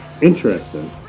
Interesting